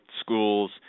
schools